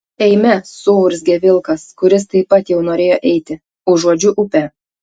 eime suurzgė vilkas kuris taip pat jau norėjo eiti užuodžiu upę